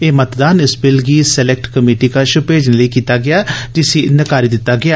एह् मतदान इस बिल गी सलैक्ट कमेटी कश मेजने लेई कीता गेआ जिसी नकारी दित्ता गेआ